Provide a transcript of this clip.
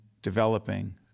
developing